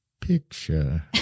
picture